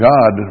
God